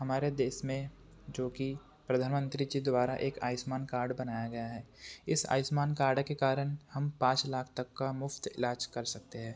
हमारे देश में जो कि प्रधानमंत्री जी द्वारा एक आयुष्मान कार्ड बनाया गया है इस आयुष्मान कार्ड के कारण हम पाँच लाख तक का मुफ्त इलाज कर सकते हैं